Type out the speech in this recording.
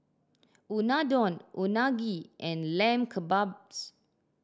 Unadon Unagi and Lamb Kebabs